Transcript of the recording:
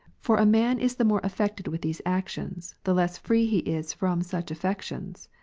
for a. man is the more affected with these actions, the less free he is from such affections.